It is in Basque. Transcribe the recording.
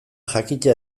jakitea